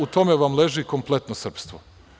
U tome vam leži kompletno srpstvo.